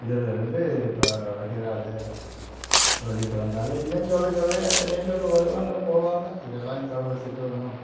இதுலேருந்து இப்போ வகைறாவிலே சொல்லிவிட்டு வந்தால் இன்னும் சொல்ல சொல்ல எத்தனையோ பேர் வருவாங்க போவாங்க இதெல்லாம் சொல்கிறதுக்கு ஒன்றும்